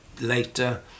later